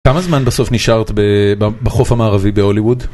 כמה זמן בסוף נשארת בחוף המערבי בהוליווד?